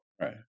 Right